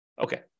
Okay